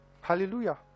hallelujah